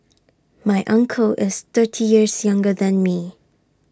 my uncle is thirty years younger than me